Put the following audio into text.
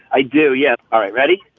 i do, yes. all right. ready?